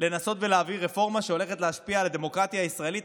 לנסות ולהעביר רפורמה שהולכת להשפיע על הדמוקרטיה הישראלית,